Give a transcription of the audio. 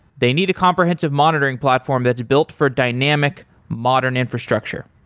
they need a comprehensive monitoring platform that is built for dynamic, modern infrastructure.